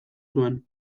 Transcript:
zuen